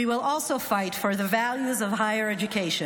We will also fight for the values of higher education.